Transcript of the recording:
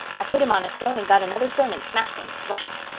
i put him on a stone and got another stone and smashed him flat.